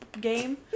game